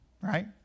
Right